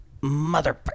mother